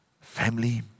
Family